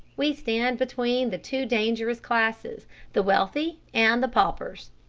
we stand between the two dangerous classes the wealthy and the paupers.